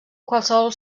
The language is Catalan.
qualsevol